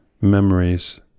memories